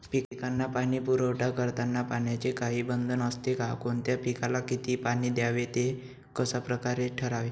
पिकांना पाणी पुरवठा करताना पाण्याचे काही बंधन असते का? कोणत्या पिकाला किती पाणी द्यावे ते कशाप्रकारे ठरवावे?